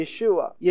Yeshua